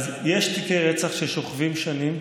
אז יש תיקי רצח ששוכבים שנים.